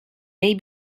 may